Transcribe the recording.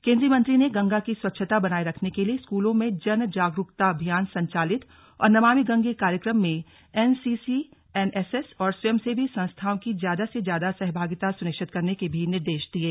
केंद्रीय मंत्री ने गंगा की स्वच्छता बनाये रखने के लिए स्कूलों में जन जागरूकता अभियान संचालित और नमामि गंगे कार्यक्रम में एनसीसी एनएसएस और स्वयंसेवी संस्थाओं की ज्यादा से ज्यादा सहभागिता सुनिश्चित करने के भी निर्देश दिये